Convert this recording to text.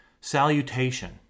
salutation